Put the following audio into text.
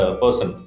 person